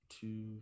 two